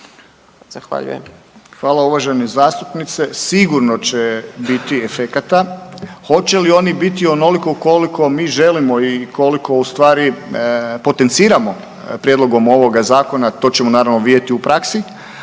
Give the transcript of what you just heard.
Hvala uvažena zastupnica. Sigurno će biti efekata, hoće li oni biti onoliko koliko mi želimo i koliko ustvari potenciramo prijedlogom ovog zakona to ćemo naravno vidjeti u praksi,